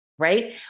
Right